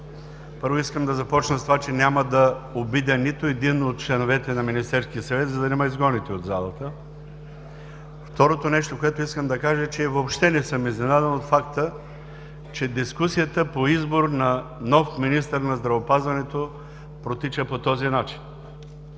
Първо, искам да започна с това, че няма да обидя нито един от членовете на Министерския съвет, за да не ме изгоните от залата. (Оживление.) Второто нещо, което искам да кажа, е, че въобще не съм изненадан от факта, че дискусията по избор на нов министър на здравеопазването протича по този начин.